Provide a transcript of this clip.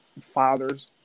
father's